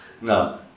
No